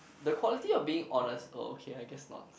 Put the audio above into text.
the quality of being honest oh okay I guess not